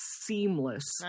seamless